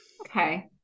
Okay